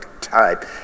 type